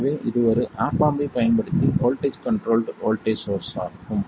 எனவே இது ஒரு ஆப் ஆம்ப் ஐப் பயன்படுத்தி வோல்ட்டேஜ் கண்ட்ரோல்ட் வோல்ட்டேஜ் சோர்ஸ் ஆகும்